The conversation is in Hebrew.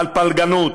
על פלגנות.